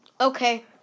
Okay